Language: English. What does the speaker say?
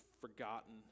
forgotten